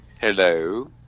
hello